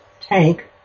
tank